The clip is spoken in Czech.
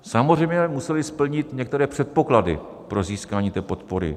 Samozřejmě musely splnit některé předpoklady pro získání podpory.